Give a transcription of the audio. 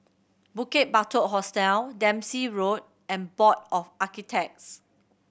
Bukit Batok Hostel Dempsey Road and Board of Architects